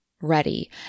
ready